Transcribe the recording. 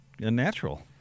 Unnatural